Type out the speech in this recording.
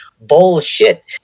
Bullshit